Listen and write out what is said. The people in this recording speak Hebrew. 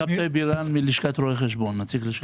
שבתאי בירן מלשכת רואי החשבון, נציג הלשכה.